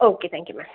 okay thank you ma'am